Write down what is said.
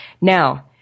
Now